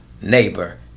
neighbor